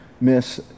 miss